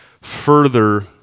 further